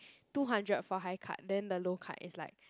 two hundred for high cut then the low cut is like